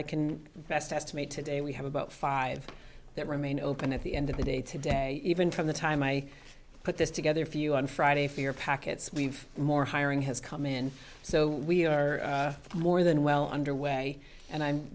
i can best estimate today we have about five that remain open at the end of the day today even from the time i put this together for you on friday for your packets we've more hiring has come in so we are more than well under way and i'm